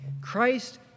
Christ